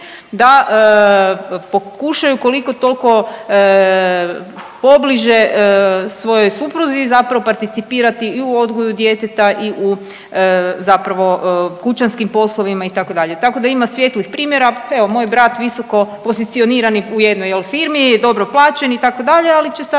da pokušaju kolko tolko pobliže svojoj supruzi zapravo participirati i u odgoju djeteta i u zapravo kućanskih poslovima itd., tako da ima svijetlih primjera. Evo moj brat visokopozicionirani u jednoj jel firmi, dobro plaćen itd., ali će sad